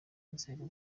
nzego